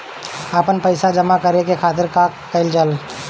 आपन पइसा जमा करे के खातिर का कइल जाइ?